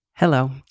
Hello